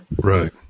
Right